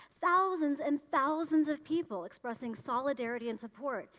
thousands and thousands of people expressing solidarity and support,